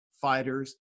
fighters